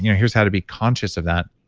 yeah here's how to be conscious of that.